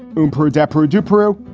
um poor adepero dipiero.